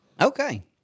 Okay